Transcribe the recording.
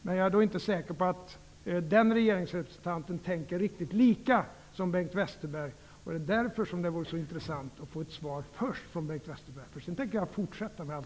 Men jag är inte säker på att den regeringsrepresentanten tänker riktigt likadant som Bengt Westerberg. Det är därför som det vore så intressant att först få ett svar från Bengt Westerberg. Sedan tänker jag fortsätta med Alf